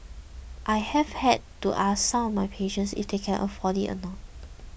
I have had to ask some of my patients if they can afford it or not